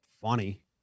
funny